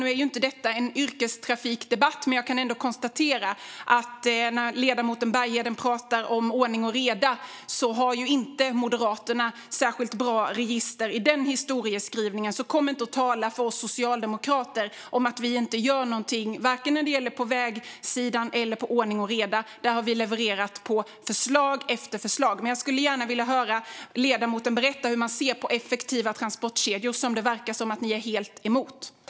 Nu är inte detta en yrkestrafikdebatt, men jag kan ändå konstatera att ledamoten Bergheden pratar om ordning och reda, och Moderaterna har inte ett särskilt bra register när det gäller detta. Kom inte och tala om för oss socialdemokrater att vi inte gör någonting på vägsidan eller när det gäller ordning och reda! Där har vi levererat på förslag efter förslag. Jag skulle gärna vilja höra ledamoten berätta hur man ser på effektiva transportkedjor, som det verkar som att ni är helt emot.